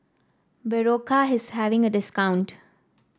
Berocca is having a discount